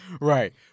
Right